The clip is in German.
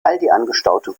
angestaute